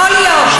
יכול להיות.